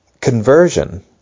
conversion